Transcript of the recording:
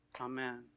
Amen